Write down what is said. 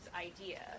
idea